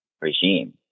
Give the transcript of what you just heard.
regime